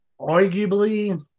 Arguably